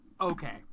Okay